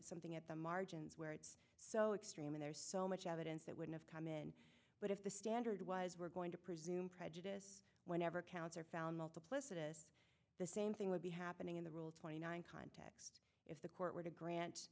something at the margins where it's so extreme in there so much evidence that would have come in but if the standard was we're going to presume prejudice whenever counts are found multiplicity just the same thing would be happening in the rule twenty nine contests if the court were to grant